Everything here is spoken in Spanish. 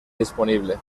disponible